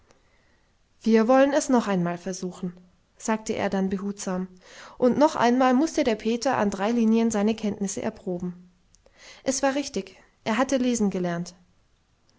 wir wollen es noch einmal versuchen sagte er dann behutsam und noch einmal mußte der peter an drei linien seine kenntnisse erproben es war richtig er hatte lesen gelernt